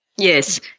Yes